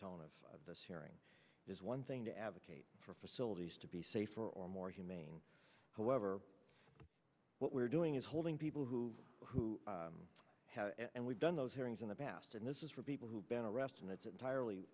tone of this hearing is one thing to advocate for facilities to be safer or more humane however what we're doing is holding people who have and we've done those hearings in the past and this is for people who've been arrested it's entirely